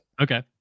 okay